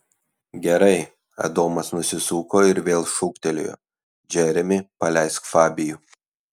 gerai adomas nusisuko ir vėl šūktelėjo džeremi paleisk fabijų